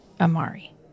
Amari